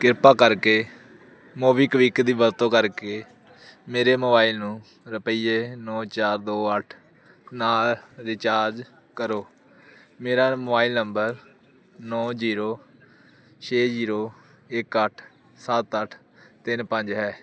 ਕਿਰਪਾ ਕਰਕੇ ਮੋਬੀਕਵਿਕ ਦੀ ਵਰਤੋਂ ਕਰਕੇ ਮੇਰੇ ਮੋਬਾਈਲ ਨੂੰ ਰੁਪਈਏ ਨੋ ਚਾਰ ਦੋ ਅੱਠ ਨਾਲ ਰੀਚਾਰਜ ਕਰੋ ਮੇਰਾ ਮੋਬਾਈਲ ਨੰਬਰ ਨੌ ਜੀਰੋ ਛੇ ਜੀਰੋ ਇੱਕ ਅੱਠ ਸੱਤ ਅੱਠ ਤਿੰਨ ਪੰਜ ਹੈ